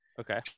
Okay